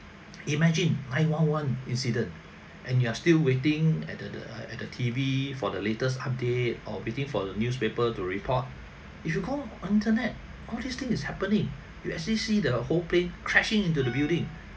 imagine nine one one incident and you're still waiting at the the uh at the T_V for the latest update or waiting for the newspapers to report if you go internet all these thing is happening you actually see the whole plane crashing into the building